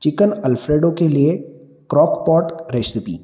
chicken alfredo के लिए crockpot recipe